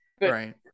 Right